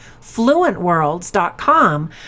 fluentworlds.com